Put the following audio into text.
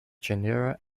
genera